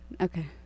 Okay